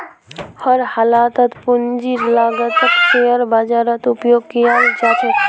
हर हालतत पूंजीर लागतक शेयर बाजारत उपयोग कियाल जा छे